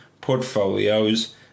portfolios